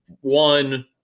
one